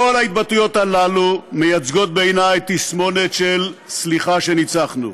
כל ההתבטאויות הללו מייצגות בעיני תסמונת של "סליחה שניצחנו".